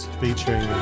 featuring